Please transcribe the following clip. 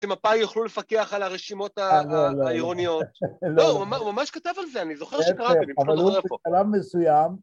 ‫אז אם מפאי יוכלו לפקח ‫על הרשימות העירוניות... ‫לא, הוא ממש כתב על זה, ‫אני זוכר שקראתי, פשוט לא זוכר איפה. ‫-אבל הוא משלב מסוים...